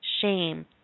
shame